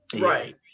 right